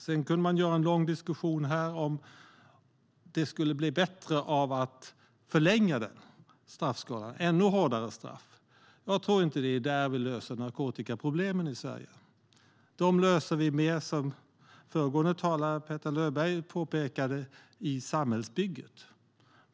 Sedan skulle vi kunna ha en lång diskussion här om det skulle bli bättre av att ha ännu hårdare straff. Jag tror inte att det är så vi löser narkotikaproblemen i Sverige. Dem löser vi mer, som föregående talare Petter Löberg påpekade, i samhällsbygget.